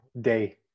day